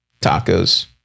tacos